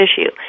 issue